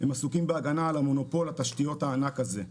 הם עסוקים בהגנה על מונופול התשתיות הענק הזה.